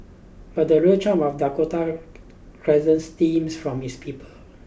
but the real charm of Dakota Crescent stems from its people